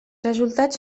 resultats